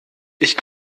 ich